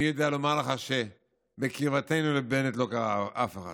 אני יודע לומר לך שבקרבתנו בנט לא קרא לאף אחד,